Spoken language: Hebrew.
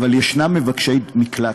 אבל ישנם מבקשי מקלט,